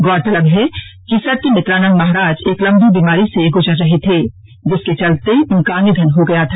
गौरतलब है कि सत्यमित्रानन्द महाराज एक लंबी बीमारी से गुजर रहे थे जिसके चलते उनका निधन हो गया था